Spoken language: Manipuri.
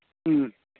ꯎꯝ